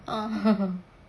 ah